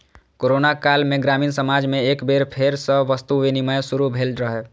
corona काल मे ग्रामीण समाज मे एक बेर फेर सं वस्तु विनिमय शुरू भेल रहै